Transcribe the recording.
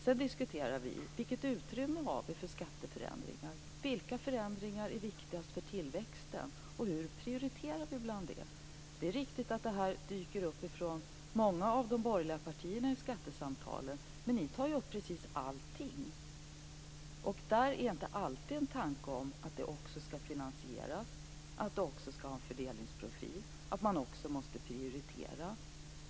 Sedan diskuterar vi vilket utrymme det finns för skatteförändringar. Vilka förändringar är viktigast för tillväxten? Och hur prioriterar vi bland dem? Det är riktigt att den här frågan dyker upp från många av de borgerliga partierna vid skattesamtalen. Men ni tar ju upp precis allting, men det finns inte alltid en tanke om att det skall finansieras, att det skall ha en fördelningsprofil och att man måste prioritera.